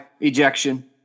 Ejection